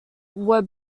were